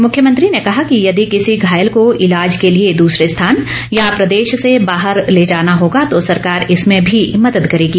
मुख्यमंत्री ने कहा कि यदि किसी घायल को इलाज के लिए दूसरे स्थान या प्रदेश से बाहर ले जाना होगा तो सरकार इसमें भी मदद करेगी